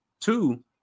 Two